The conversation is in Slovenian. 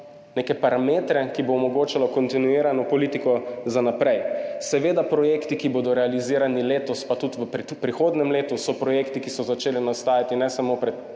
neke parametre, ki bodo omogočali kontinuirano politiko za naprej. Seveda so projekti, ki bodo realizirani letos, pa tudi v prihodnjem letu, projekti, ki so začeli nastajati ne samo pod